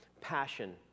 passion